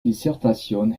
dissertation